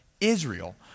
Israel